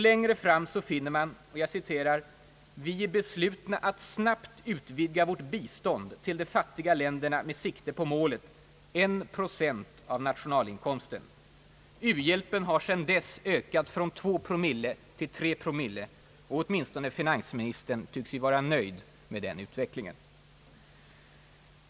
Längre fram finner man att »vi är beslutna att snabbt utvidga vårt bistånd till de fattiga länderna med sikte på målet: 1 procent av nationalinkomsten». U-hjälpen har sedan dess ökat från 2 promille till 3 promille, och åtminstone finansministern tycks vara nöjd med den utvecklingen.